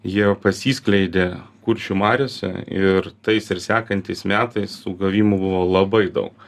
jie pasiskleidė kuršių mariose ir tais ir sekantiais metais sugavimų buvo labai daug